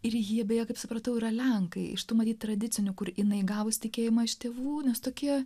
ir jie beje kaip supratau yra lenkai iš tų matyt tradicinių kur inai gavus tikėjimą iš tėvų nes tokie